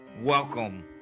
Welcome